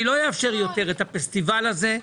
אני לא אאפשר יותר את הפסטיבל הזה,